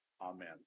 Amen